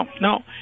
no